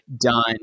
done